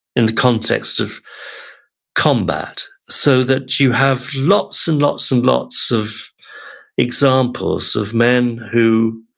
in the context of combat. so, that you have lots and lots and lots of examples of men who